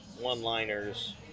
one-liners